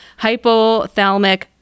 hypothalamic